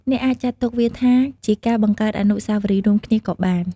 អ្នកអាចចាត់ទុកវាថា ជាការបង្កើតអនុស្សាវរីយ៍រួមគ្នាក៏បាន។